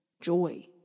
joy